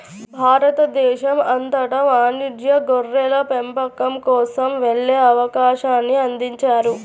భారతదేశం అంతటా వాణిజ్య గొర్రెల పెంపకం కోసం వెళ్ళే అవకాశాన్ని అందించారు